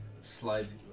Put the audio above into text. slides